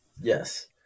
yes